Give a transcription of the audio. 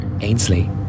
Ainsley